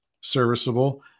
serviceable